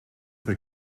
mit